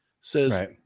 says